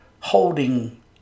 holding